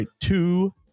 two